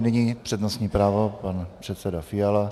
Nyní přednostní právo pan předseda Fiala.